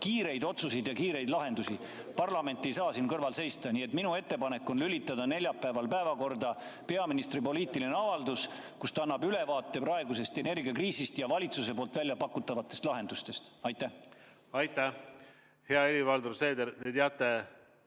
kiireid otsuseid ja kiireid lahendusi. Parlament ei saa kõrval seista. Nii et minu ettepanek on [panna] neljapäeval päevakorda peaministri poliitiline avaldus, kus ta annab ülevaate praegusest energiakriisist ja valitsuse väljapakutavatest lahendustest. Aitäh! Hea Helir-Valdor Seeder,